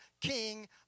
King